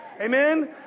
Amen